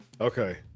Okay